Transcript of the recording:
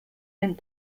meant